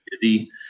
busy